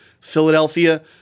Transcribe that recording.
Philadelphia